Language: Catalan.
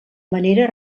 manera